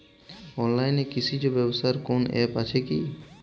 অনলাইনে কৃষিজ ব্যবসার কোন আ্যপ আছে কি?